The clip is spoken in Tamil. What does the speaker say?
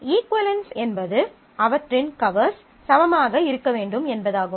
இஃக்குவளென்ஸ் என்பது அவற்றின் கவர்ஸ் சமமாக இருக்க வேண்டும் என்பதாகும்